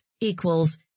equals